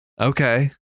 Okay